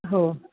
हो